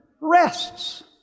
rests